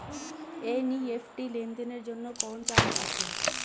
NEFT লেনদেনের জন্য কোন চার্জ আছে?